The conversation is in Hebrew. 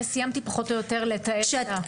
שסיימתי פחות או יותר לתאר את המצב.